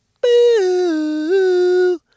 Boo